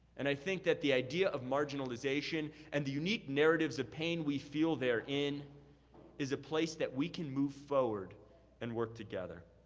and i think that the idea of marginalization and the unique narratives of pain we feel therein is a place that we can move forward and work together.